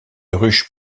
ruche